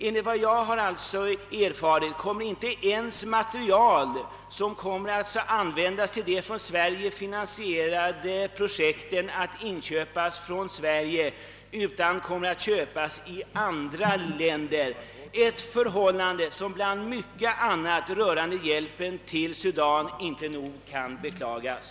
Enligt vad jag erfarit kommer emellertid inte ens det material som skall användas till de av Sverige finansierade projekten att inköpas från vårt land. Det materialet kommer att köpas i andra länder, ett förhållande som bland mycket annat som rör hjälpen till Sudan inte kan nog beklagas.